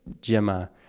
Gemma